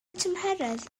tymheredd